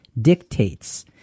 dictates